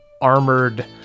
armored